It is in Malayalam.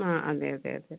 ആ അതെയതെ അതെ